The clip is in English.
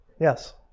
Yes